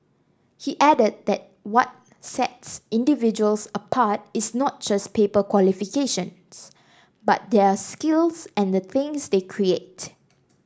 he added that what sets individuals apart is not just paper qualifications but their skills and the things they create